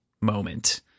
moment